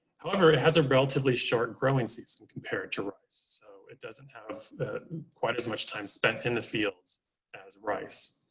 however, it has a relatively short growing season compared to rice, so it doesn't have quite as much time spent in the fields as rice.